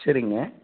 சரிங்க